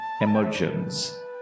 emergence